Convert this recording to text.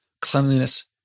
cleanliness